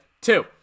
Two